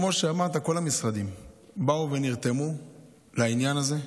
כמו שאמרת, כל המשרדים באו ונרתמו לעניין הזה,